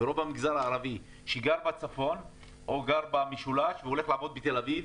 ורוב המגזר הערבי שגר בצפון או גר במשולש והולך לעבוד בתל אביב,